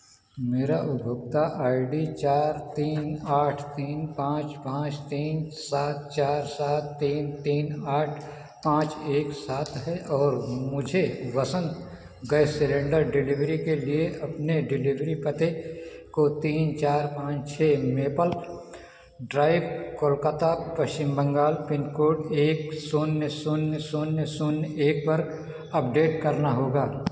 मेरा उपभोक्ता I D चार तीन आठ तीन पाँच पाँच तीन सात चार सात तीन तीन आठ पाँच एक सात है और मुझे वसंत गैस सिलेंडर डिलेवरी के लिए अपने डिलेवरी पते को तीन चार पाँच छः maple drive Kolkata Paschim Bangal pin code एक शून्य शून्य शून्य शून्य एक पर अपडेट करना होगा